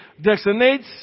designates